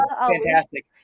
fantastic